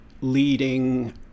leading